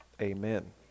Amen